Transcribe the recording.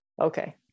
Okay